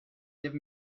give